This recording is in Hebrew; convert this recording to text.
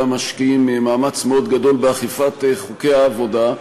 משקיעים מאמץ מאוד גדול באכיפת חוקי העבודה.